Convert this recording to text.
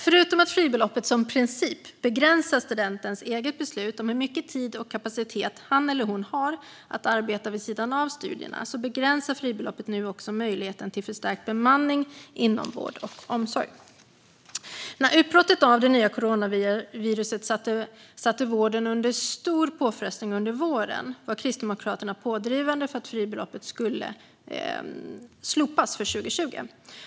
Förutom att fribeloppet som princip begränsar studentens eget beslut om hur mycket tid och kapacitet han eller hon har att arbeta vid sidan av studierna begränsar fribeloppet nu också möjligheten till förstärkt bemanning inom vård och omsorg. När utbrottet av det nya coronaviruset satte vården under stor påfrestning under våren var Kristdemokraterna pådrivande för att fribeloppet skulle slopas för 2020.